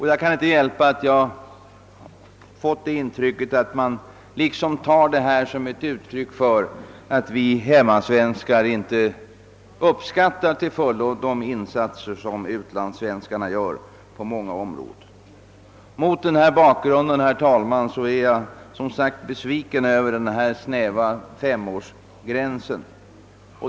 Jag kan inte hjälpa att jag fått den uppfattningen, att man tar frånvaron av rösträtt som ett uttryck för att vi hemmasvenskar inte till fullo uppskattar de insatser som utlandssvenskarna gör på många områden. Mot denna bakgrund, herr talman, är jag som sagt besviken över den snäva femårsgränsen.